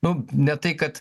nu ne tai kad